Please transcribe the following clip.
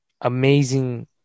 Amazing